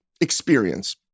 experience